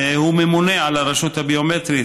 והוא ממונה על הרשות הביומטרית.